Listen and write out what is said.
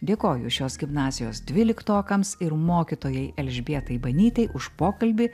dėkoju šios gimnazijos dvyliktokams ir mokytojai elžbietai banytei už pokalbį